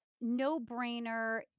no-brainer